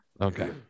okay